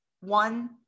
one